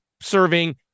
serving